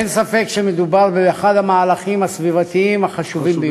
אין ספק שמדובר באחד המהלכים הסביבתיים החשובים ביותר.